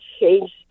change